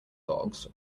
dogs